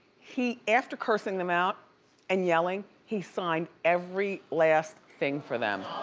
he, after cursing them out and yelling, he signed every last thing for them. aww!